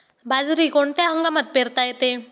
बाजरी कोणत्या हंगामात पेरता येते?